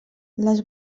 les